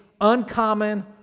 uncommon